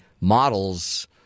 models